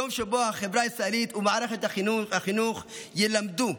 יום שבו החברה הישראלית ומערכת החינוך ילמדו,